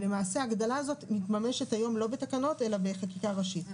ולמעשה ההגדלה הזאת מתממשת היום לא בתקנות אלא בחקיקה ראשית.